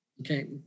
Okay